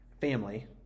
family